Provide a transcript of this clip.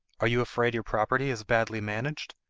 are you afraid your property is badly managed?